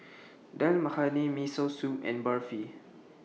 Dal Makhani Miso Soup and Barfi